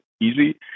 easy